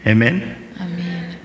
Amen